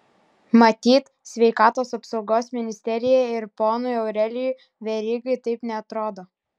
matyt sveikatos apsaugos ministerijai ir ponui aurelijui verygai taip neatrodo